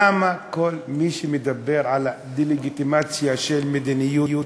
למה כל מי שמדבר על דה-לגיטימציה של מדיניות